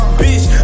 bitch